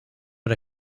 but